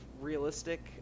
realistic